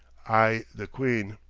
i, the queen.